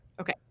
Okay